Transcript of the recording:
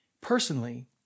Personally